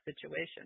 situation